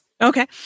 Okay